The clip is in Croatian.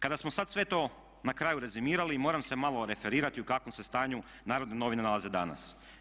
Kada smo sada sve to na kraju rezimirali, moram se malo referirati u kakvom se stanju Narodne novine nalaze danas.